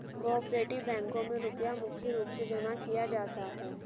को आपरेटिव बैंकों मे रुपया मुख्य रूप से जमा किया जाता है